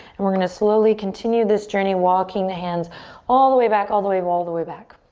and we're gonna slowly continue this journey, walking the hands all the way back, all the way, all the way back.